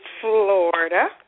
Florida